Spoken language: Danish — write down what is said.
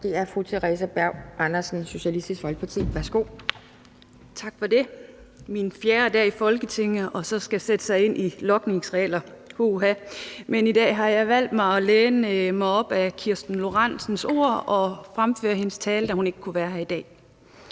(Ordfører) Theresa Berg Andersen (SF): Tak for det. Det er min fjerde dag i Folketinget, og så skal jeg sætte mig ind i logningsregler – pyha. Men i dag har jeg valgt at læne mig op ad Karina Lorentzen Dehnhardts ord og fremføre hendes tale, da hun ikke kunne være her i dag.